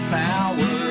power